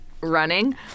running